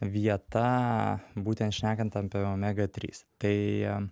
vieta būtent šnekant apie omega trys tai